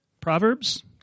Proverbs